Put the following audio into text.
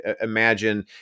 imagine